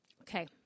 Okay